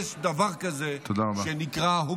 יש דבר כזה שנקרא --- תודה רבה.